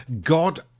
God